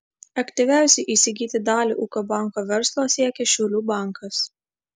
aktyviausiai įsigyti dalį ūkio banko verslo siekia šiaulių bankas